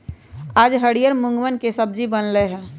आज हरियर मूँगवन के सब्जी बन लय है